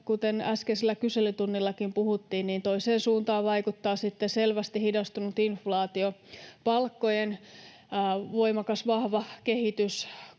kuten äskeisellä kyselytunnillakin puhuttiin, toiseen suuntaan vaikuttaa sitten selvästi hidastunut inflaatio, palkkojen voimakas, vahva kehitys,